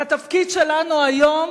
והתפקיד שלנו היום